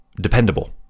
dependable